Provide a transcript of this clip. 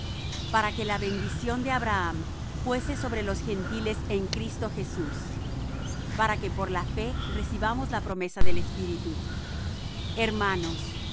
para que la bendición de abraham fuese sobre los gentiles en cristo jesús para que por la fe recibamos la promesa del espíritu hermanos